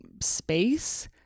space